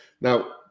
Now